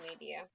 media